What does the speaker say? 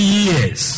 years